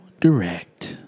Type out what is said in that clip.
Direct